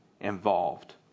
involved